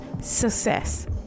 success